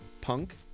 punk